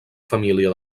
família